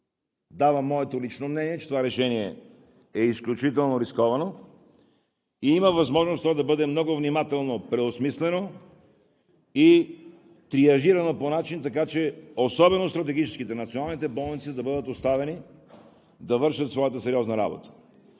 Давам Ви моето лично мнение, че това решение е изключително рисковано. Има възможност то да бъде много внимателно преосмислено и триажирано по начин, така че особено стратегическите, националните болници, да бъдат оставени да вършат своята сериозна работа.